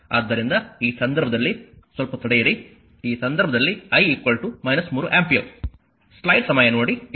ಆದ್ದರಿಂದ ಈ ಸಂದರ್ಭದಲ್ಲಿ ಸ್ವಲ್ಪ ತಡೆಯಿರಿ ಈ ಸಂದರ್ಭದಲ್ಲಿ I 3 ಆಂಪಿಯರ್